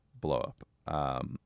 Blowup